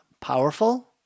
powerful